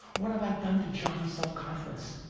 what have i done to johnny's self-confidence?